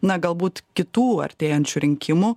na galbūt kitų artėjančių rinkimų